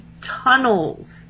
tunnels